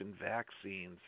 vaccines